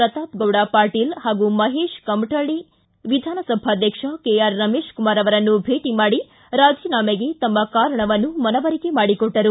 ಪ್ರತಾಪ ಗೌಡ ಪಾಟೀಲ್ ಹಾಗೂ ಮಹೇಶ್ ಕುಮಠಳ್ಳಿ ವಿಧಾನಸಭಾಧ್ಯಕ್ಷ ರಮೇಶ್ ಕುಮಾರ್ ಅವರನ್ನು ಭೇಟ ಮಾಡಿ ರಾಜೀನಾಮೆಗೆ ತಮ್ಮ ಕಾರಣವನ್ನು ಮನವರಿಕೆ ಮಾಡಿಕೊಟ್ಟರು